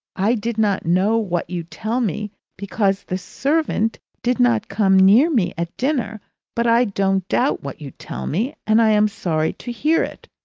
i did not know what you tell me because the servant did not come near me at dinner but i don't doubt what you tell me, and i am sorry to hear it.